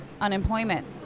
unemployment